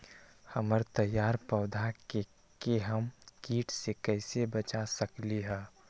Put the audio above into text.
हमर तैयार पौधा के हम किट से कैसे बचा सकलि ह?